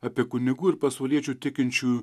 apie kunigų ir pasauliečių tikinčiųjų